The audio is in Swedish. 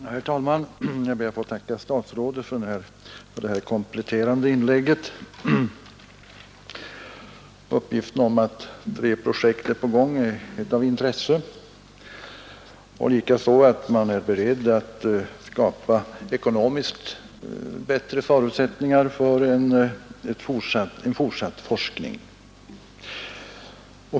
Herr talman! Jag ber att få tacka statsrådet för det här kompletterande inlägget. Uppgiften om att tre projekt är på gång är av intresse, likaså att man är beredd att skapa ekonomiskt bättre förutsättningar för en fortsatt forskning.